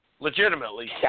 legitimately